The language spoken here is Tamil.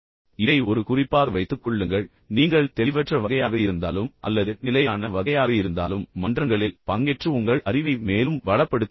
இதை ஒரு குறிப்பாக வைத்துக்கொள்ளுங்கள் நீங்கள் தெளிவற்ற வகையாக இருந்தாலும் அல்லது நிலையான வகையாக இருந்தாலும் மன்றங்களில் பங்கேற்று உங்கள் அறிவை மேலும் வளப்படுத்திக் கொள்ளுங்கள்